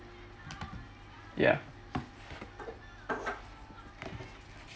ya